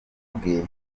bwe